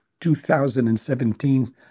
2017